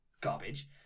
garbage